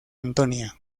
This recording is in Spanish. antonia